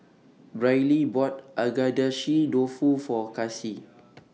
Briley bought Agedashi Dofu For Kasie